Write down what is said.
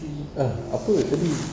eh apa tadi